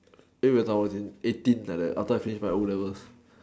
eh when I was in eighteens like that after I finish my o-levels